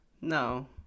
No